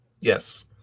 Yes